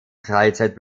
freizeit